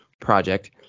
project